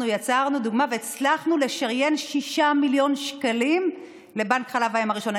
אנחנו יצרנו דוגמה והצלחנו לשריין 6 מיליון שקלים לבנק חלב האם הראשון.